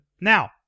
Now